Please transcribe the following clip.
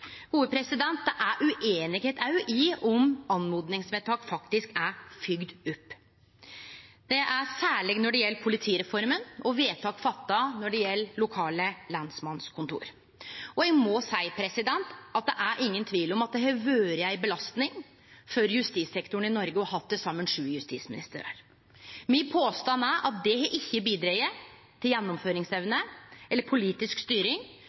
det er òg ueinigheit om oppmodingsvedtak faktisk er fylgde opp. Det gjeld særleg politireforma og vedtak gjorde om lokale lensmannskontor. Eg må seie at det er ingen tvil om at det har vore ei belastning for justissektoren å ha hatt til saman sju justisministrar. Min påstand er at det ikkje har bidrege til gjennomføringsevne eller politisk styring